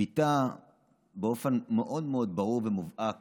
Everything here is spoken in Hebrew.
ביטא באופן מאוד מאוד ברור ומובהק